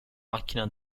macchina